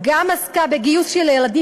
גם עסקה בגיוס של ילדים.